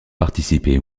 participé